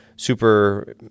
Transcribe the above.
super